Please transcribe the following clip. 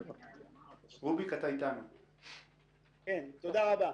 אהלן, אחמד.